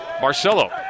Marcelo